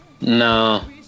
No